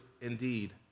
indeed